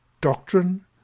Doctrine